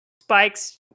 spikes